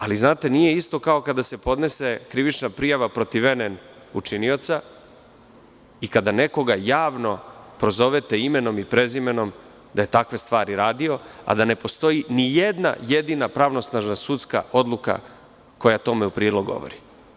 Ali znate, nije isto kao kada se podnese krivična prijava protiv NN počinioca i kada nekoga javno prozovete imenom i prezimenom da je takve stvari radio, a da ne postoji ni jedna jedina pravnosnažna sudska odluka koja tome u prilog govori.